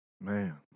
Man